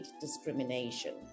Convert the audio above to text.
discrimination